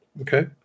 Okay